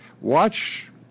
watch